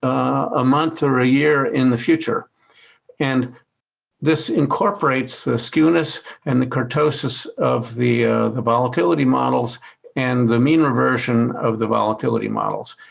a month or a year in the future and this incorporates the skewness and the kurtosis of the the volatility models and the mean revision of the volatility models.